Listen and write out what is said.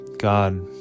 God